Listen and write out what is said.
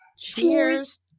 Cheers